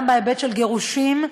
גם בהיבט של גירושין,